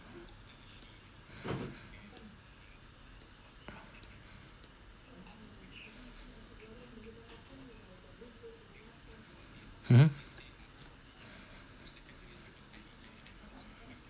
mmhmm